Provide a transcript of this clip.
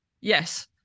Yes